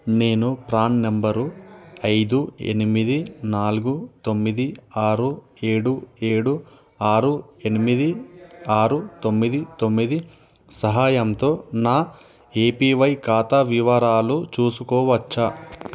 నేను ప్రాన్ నంబరు ఐదు ఎనిమిది నాలుగు తొమ్మిది ఆరు ఏడు ఏడు ఆరు ఎనిమిది ఆరు తొమ్మిది తొమ్మిది సహాయంతో నా ఏపివై ఖాతా వివరాలు చూసుకోవచ్చా